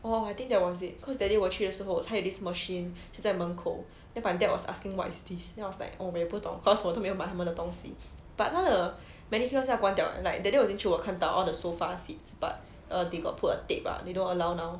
orh I think there was it cause that day 我去的时候他有 this machine 就在门口 then my dad was asking what is this then I was like oh 我也不懂 cause 我都没有买他们的东西 but 他的 manicure 现在关掉了 leh like that day 我进去我看到 all the sofa seats but err they got put a tape lah but they don't allow now